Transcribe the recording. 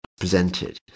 presented